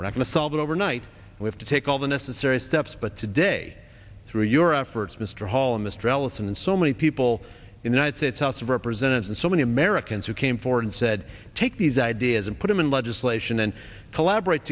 we're not going to solve it overnight we have to take all the necessary steps but today through your efforts mr hall and mr ellison and so many people in united states house of representatives and so many americans who came forward and said take these ideas and put them in legislation and collaborate